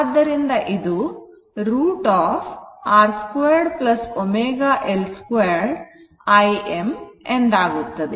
ಆದ್ದರಿಂದ ಇದು √ R 2 ω L 2 Im ಎಂದಾಗುತ್ತದೆ